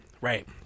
right